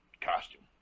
costume